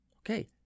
Okay